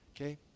Okay